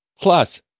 Plus